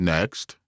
Next